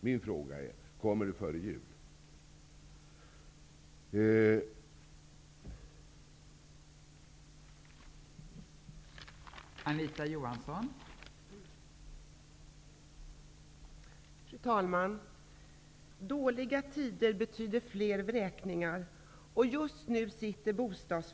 Min fråga är: Kommer det förslag före jul?